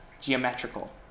geometrical